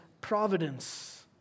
providence